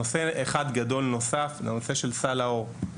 נושא אחד גדול נוסף זה הנושא של סל האור.